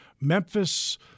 Memphis